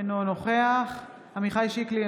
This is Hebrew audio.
אינו נוכח עמיחי שיקלי,